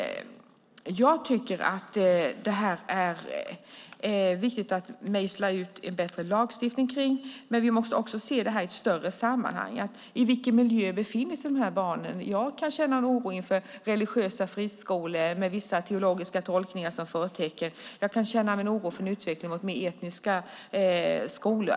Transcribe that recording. Jag tycker att det är viktigt att mejsla ut en bättre lagstiftning kring detta, men vi måste också se det här i ett större sammanhang. I vilken miljö befinner sig dessa barn? Jag kan känna oro inför religiösa friskolor med vissa teologiska tolkningar som förtecken. Jag kan känna oro för utvecklingen med etniska skolor.